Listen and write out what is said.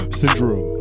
syndrome